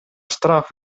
штраф